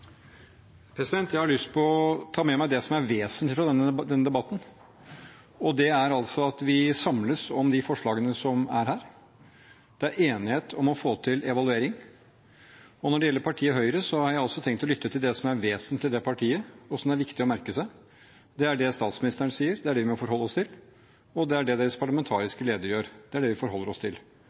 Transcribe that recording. Jeg har lyst til å ta med meg det som er vesentlig fra denne debatten, og det er altså at vi samles om de forslagene som er her. Det er enighet om å få til evaluering. Når det gjelder partiet Høyre, har jeg også tenkt å lytte til det som er vesentlig i det partiet, og som er viktig å merke seg. Det er det statsministeren sier, det er det vi må forholde oss til, og det er det deres parlamentariske leder gjør, det er det vi forholder oss til,